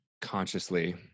consciously